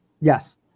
Yes